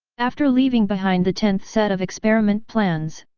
after leaving behind the tenth set of experiment plans,